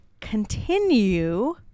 continue